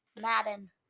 madden